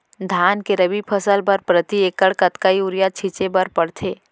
धान के रबि फसल बर प्रति एकड़ कतका यूरिया छिंचे बर पड़थे?